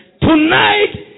Tonight